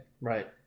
Right